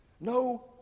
no